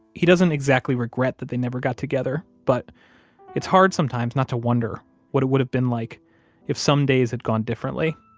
he doesn't exactly regret that they never got together, but it's hard sometimes not to wonder what it would have been like if some days had gone differently